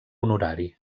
honorari